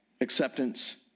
acceptance